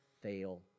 fail